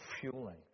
fueling